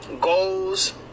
Goals